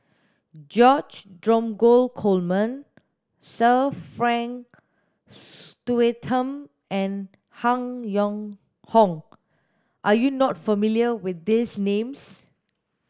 George Dromgold Coleman Sir Frank Swettenham and Han Yong Hong are you not familiar with these names